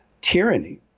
tyranny